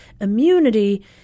immunity